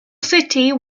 city